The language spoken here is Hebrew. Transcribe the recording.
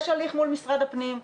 יש הליך מול משרד הפנים,